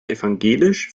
evangelisch